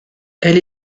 elle